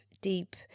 deep